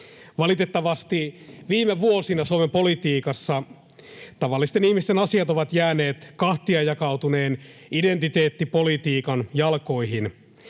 Valitettavasti viime vuosina Suomen politiikassa tavallisten ihmisten asiat ovat jääneet kahtiajakautuneen identiteettipolitiikan jalkoihin.